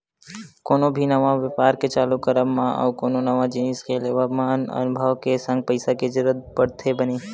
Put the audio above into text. कोनो भी नवा बेपार के चालू करब मा अउ कोनो नवा जिनिस के लेवब म अनभव के संग पइसा के जरुरत पड़थे बने